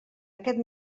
aquest